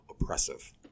oppressive